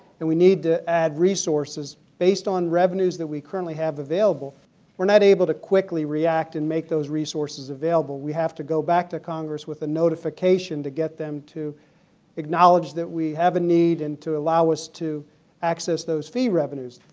and we need to add resources based on revenues we currently have available. we are not able to quickly react and make those resources available. we have to go back to congress with the notification to get them to acknowledge that we have a need and to allow us to access those fee revenues.